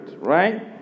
Right